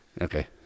Okay